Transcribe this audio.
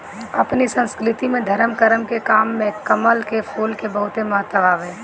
अपनी संस्कृति में धरम करम के काम में कमल के फूल के बहुते महत्व हवे